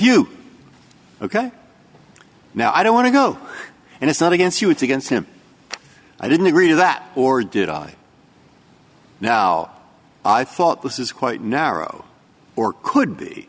you ok now i don't want to go and it's not against you it's against him i didn't agree to that or did i now i thought this is quite narrow or could be